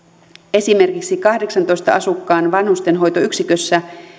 esimerkiksi kahdeksaantoista asukkaan vanhustenhoitoyksikössä